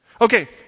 Okay